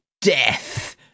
death